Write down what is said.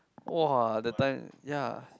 !wah! the time ya